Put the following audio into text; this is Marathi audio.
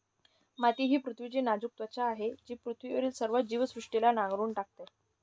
माती ही पृथ्वीची नाजूक त्वचा आहे जी पृथ्वीवरील सर्व जीवसृष्टीला नांगरून टाकते